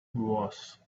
was